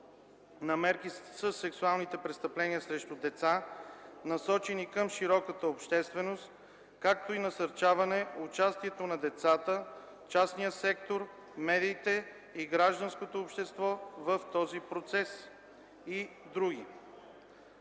и борба със сексуалните престъпления срещу деца, насочени към широката общественост, както и насърчаване участието на децата, частния сектор, медиите и гражданското общество в този процес и други.